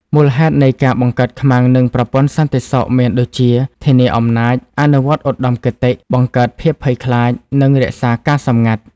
មូលហេតុនៃការបង្កើត ខ្មាំង និងប្រព័ន្ធសន្តិសុខ មានដូចជា ធានាអំណាច អនុវត្តឧត្តមគតិ បង្កើតភាពភ័យខ្លាច និង រក្សាការសម្ងាត់។